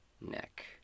neck